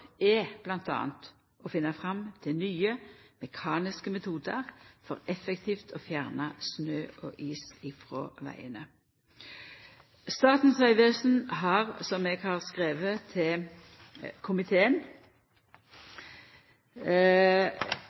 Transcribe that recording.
er bl.a. å finna fram til nye mekaniske metodar for effektivt å fjerna snø og is frå vegane. Statens vegvesen vil, som eg har skrive til komiteen,